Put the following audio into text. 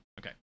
Okay